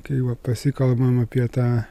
kai va pasikalbam apie tą